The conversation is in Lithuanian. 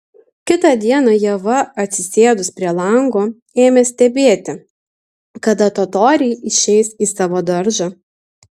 kitą dieną ieva atsisėdus prie lango ėmė stebėti kada totoriai išeis į savo daržą